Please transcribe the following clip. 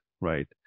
right